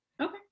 Okay